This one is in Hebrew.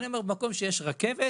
אני אומר: מקום שיש בו רכבת